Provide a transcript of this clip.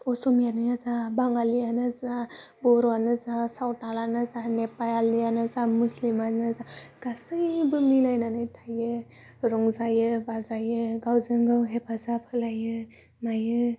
असमियाआनो जा बाङालियानो जा बर'वानो जा सावतालानो जा नेपायालिआनो जा मुस्लिमानो जा गासैबो मिलायनानै थायो रंजायो बाजायो गावजों गाव हेफाजाब होलायो माइयो